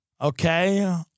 okay